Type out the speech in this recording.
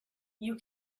you